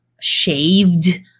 shaved